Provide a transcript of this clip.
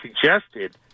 suggested